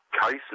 cases